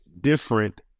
different